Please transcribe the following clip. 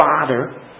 Father